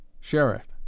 Sheriff